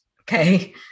okay